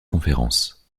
conférences